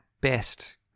best